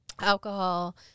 alcohol